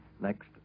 next